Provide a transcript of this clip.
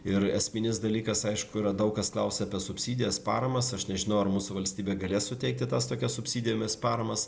ir esminis dalykas aišku yra daug kas klausia apie subsidijas paramas aš nežinau ar mūsų valstybė galės suteikti tas tokia subsidijomis paramas